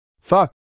Fuck